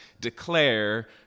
declare